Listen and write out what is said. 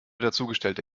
dazugestellte